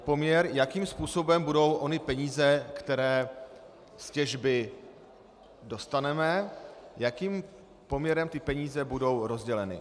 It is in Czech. Poměr, jakým způsobem budou ony peníze, které z těžby dostaneme, jakým poměrem ty peníze budou rozděleny.